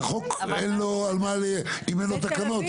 אבל אם אין לחוק תקנות,